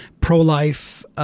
pro-life